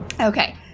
Okay